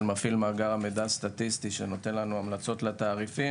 מפעיל מאגר המידע הסטטיסטי שנותן לנו המלצות לתעריפים